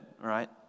right